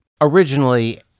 Originally